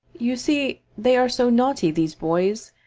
you see, they are so naughty, these boys.